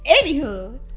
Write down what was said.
Anywho